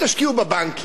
נו, בוא נניח.